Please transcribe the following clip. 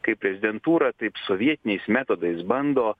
kaip prezidentūra taip sovietiniais metodais bando